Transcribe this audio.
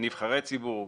נבחרי ציבור,